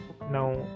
Now